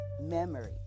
memory